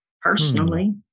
personally